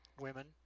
women